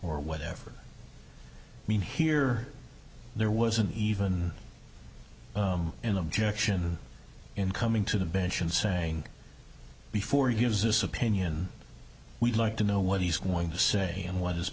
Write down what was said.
whatever i mean here there wasn't even in objection in coming to the bench and saying before use this opinion we'd like to know what he's going to say and what his